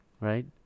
Right